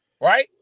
Right